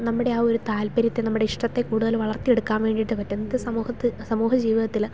നമ്മുടെ ആ ഒരു താല്പര്യത്തെ നമ്മുടെ ഇഷ്ടത്തെ കൂടുതൽ വളർത്തി എടുക്കാൻ വേണ്ടിയിട്ട് പറ്റും ഇന്നത്തെ സമൂഹത്തിൽ സമൂഹജീവിതത്തിൽ